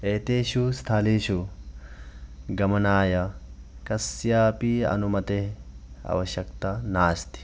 एतेषु स्थलेषु गमनाय कस्यापि अनुमतेः आवश्यकता नास्ति